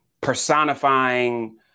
personifying